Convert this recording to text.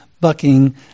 bucking